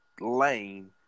lane